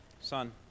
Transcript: Son